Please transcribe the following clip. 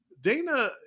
Dana